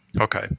Okay